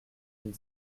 une